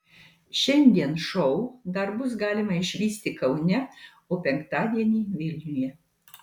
šiandien šou dar bus galima išvysti kaune o penktadienį vilniuje